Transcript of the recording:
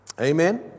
Amen